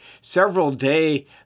several-day